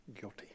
Guilty